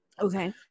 Okay